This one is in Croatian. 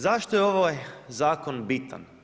Zašto je ovaj zakon bitan?